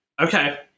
okay